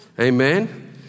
Amen